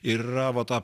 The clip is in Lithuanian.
ir yra va ta